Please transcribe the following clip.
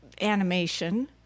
animation